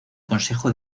consejo